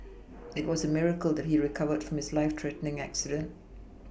it was a miracle that he recovered from his life threatening accident